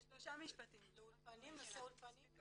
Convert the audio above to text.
שלושה משפטים בנושא האולפנים.